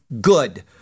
Good